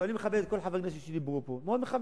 אני מכבד את כל חברי הכנסת שדיברו פה, מאוד מכבד.